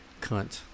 Cunt